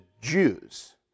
Jews